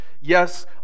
Yes